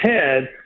head